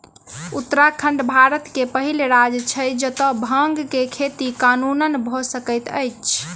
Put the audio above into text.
उत्तराखंड भारत के पहिल राज्य छै जतअ भांग के खेती कानूनन भअ सकैत अछि